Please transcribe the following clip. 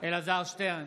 אלעזר שטרן,